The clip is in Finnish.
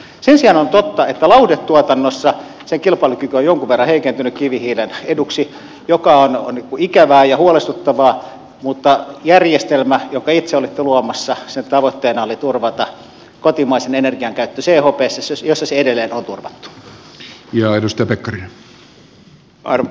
sen sijaan on totta että lauhdetuotannossa sen kilpailukyky on jonkin verran heikentynyt kivihiilen eduksi mikä on ikävää ja huolestuttavaa mutta järjestelmän jonka itse olitte luomassa tavoitteena oli turvata kotimaisen energian käyttö chpssa jossa se edelleen on turvattu